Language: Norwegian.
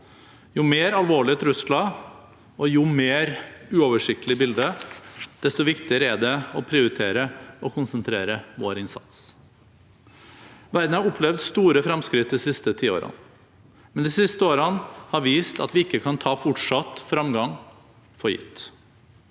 Jo mer alvorlige trusler og jo mer uoversiktlig bilde, desto viktigere er det å prioritere og å konsentrere vår innsats. Verden har opplevd store framskritt de siste tiårene, men de siste årene har vist at vi ikke kan ta fortsatt framgang for gitt.